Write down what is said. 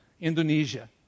Indonesia